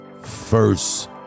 first